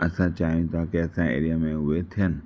असां चाहियूं था कि असांजे एरिया में उहे थियनि